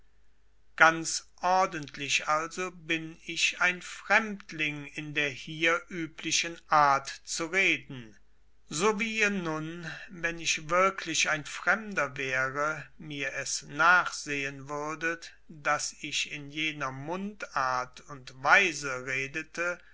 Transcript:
ganz ordentlich also bin ich ein fremdling in der hier üblichen art zu reden so wie ihr nun wenn ich wirklich ein fremder wäre mir es nachsehen würdet daß ich in jener mundart und weise redete